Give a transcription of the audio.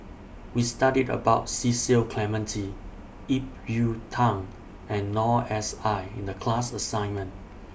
We studied about Cecil Clementi Ip Yiu Tung and Noor S I in The class assignment